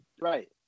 right